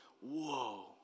whoa